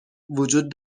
وجود